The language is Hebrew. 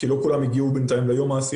לא כולם הגיעו ליום ה-10